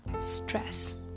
stress